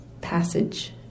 passage